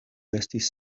estis